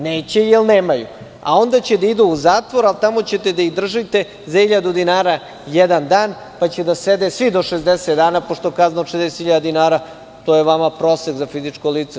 Neće, jer nemaju, a onda će da idu u zatvor, ali tamo ćete da ih držite za 1.000 dinara jedan dan, pa će da sede svi do 60 dana, pošto je kazna od 60.000 dinara vama prosek za fizičko lice.